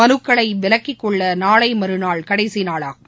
மனுக்களைவிலக்கிக்கொள்ளநாளைமறுநாள் கடைசிநாளாகும்